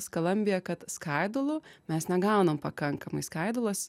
skalambija kad skaidulų mes negaunam pakankamai skaidulos